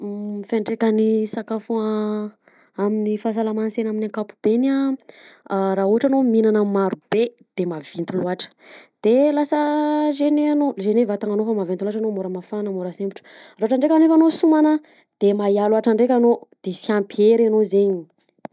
Fiatrekan'ny sakafo a amin'ny fahasalamana ansena aminy ankapobeny a raha ohatra anao mihinana maro be de mavinty laotra de lasa gèné anao gène vatananao fa maventy laotra anao mora mafana mora sempotra nefa ndreka anao sy homana de mahia laotra dreky anao di sy ampy hery anao zegny.